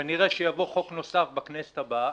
כנראה שיבוא חוק נוסף בכנסת הבאה.